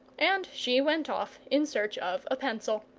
and she went off in search of a pencil.